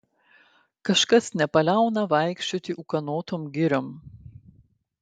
kažkas nepaliauna vaikščioti ūkanotom giriom